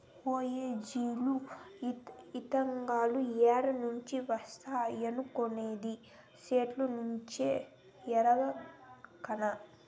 bio diesel, ఇతనాలు ఏడ నుంచి వస్తాయనుకొంటివి, సెట్టుల్నుంచే ఎరకనా